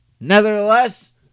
Nevertheless